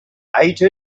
ate